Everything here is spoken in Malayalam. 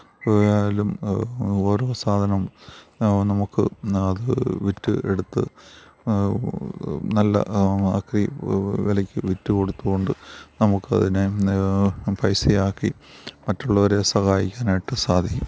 കുപ്പിയായാലും ഓരോ സാധനം നമുക്ക് അത് വിറ്റ് എടുത്ത് നല്ല ആക്രി വിലക്ക് വിറ്റ് കൊടുത്തുകൊണ്ട് നമുക്ക് അതിനെ പൈസയാക്കി മറ്റുള്ളവരെ സഹായിക്കാനായിട്ട് സാധിക്കും